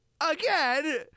again